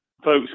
folks